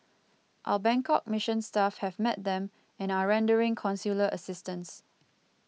our Bangkok Mission staff have met them and are rendering consular assistance